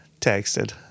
texted